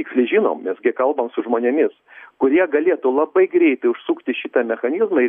tiksliai žinom nes gi kalbam su žmonėmis kurie galėtų labai greitai užsukti šitą mechanizmą ir